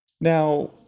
Now